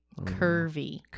Curvy